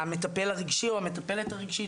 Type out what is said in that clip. המטפל הרגשי או המטפלת הרגשית,